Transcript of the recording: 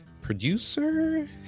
producer